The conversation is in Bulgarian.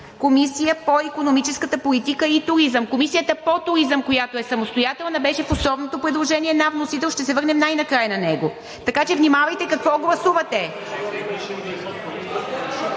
„Комисия по икономическата политика и туризъм“. (Шум и реплики.) Комисията по туризъм, която е самостоятелна, беше основното предложение на вносителя и ще се върнем най-накрая на него, така че внимавайте какво гласувате.